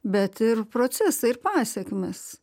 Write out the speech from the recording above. bet ir procesai ir pasekmės